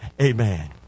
Amen